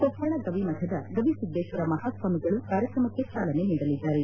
ಕೊಪ್ಪಳ ಗವಿಮಠದ ಗವಿಸಿದ್ದೇಶ್ವರ ಮಹಾಸ್ವಾಮಿಗಳು ಕಾರ್ಯಕ್ರಮಕ್ಕೆ ಚಾಲನೆ ನೀಡಲಿದ್ದಾರೆ